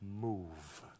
Move